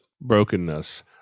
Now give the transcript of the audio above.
brokenness